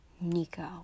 Nico